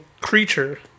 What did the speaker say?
creature